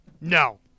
No